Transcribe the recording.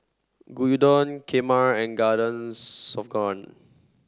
Gyudon Kheema and Garden